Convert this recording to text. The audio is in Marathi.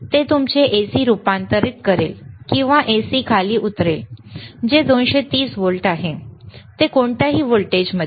ते तुमचे AC रूपांतरित करेल किंवा AC खाली उतरेल जे 230 व्होल्ट आहे ते कोणत्याही व्होल्टेजमध्ये